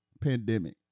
pandemic